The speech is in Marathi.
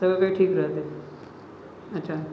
सगळं काही ठीक राहते अच्छा